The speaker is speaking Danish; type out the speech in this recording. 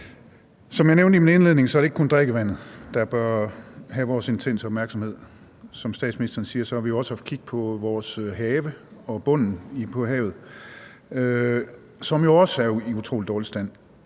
Som jeg nævnte i min indledning, er det ikke kun drikkevandet, der bør have vores intense opmærksomhed. Som statsministeren siger, har vi jo også haft kig på vores have og bunden af havet, som også er i en utrolig dårlig stand.